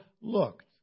looked